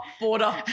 border